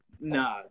Nah